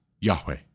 Yahweh